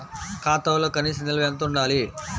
ఖాతాలో కనీస నిల్వ ఎంత ఉండాలి?